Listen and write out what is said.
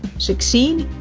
succeed,